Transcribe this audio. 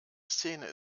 szene